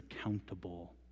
accountable